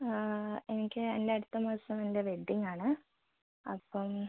ആ എനിക്ക് എൻ്റെ അടുത്ത മാസം എൻ്റെ വെഡ്ഡിംഗ് ആണ് അപ്പം